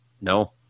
no